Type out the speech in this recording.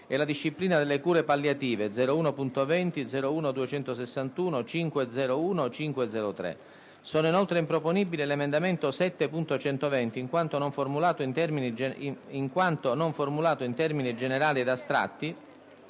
e la disciplina della cure palliative (01.20, 01.261, 5.0.1 e 5.0.3). Sono inoltre improponibili l'emendamento 7.120, in quanto non formulato in termini generali ed astratti,